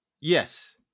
Yes